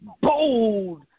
bold